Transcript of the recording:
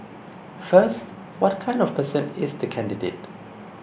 first what kind of person is the candidate